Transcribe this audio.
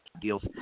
deals